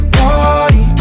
party